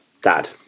dad